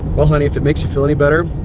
well, honey, if it makes you feel any better,